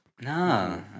No